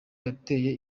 yateye